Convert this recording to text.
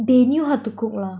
they knew how to cook lah